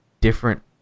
different